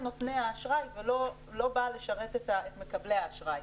נותני האשראי ולא באה לשרת את מקבלי האשראי,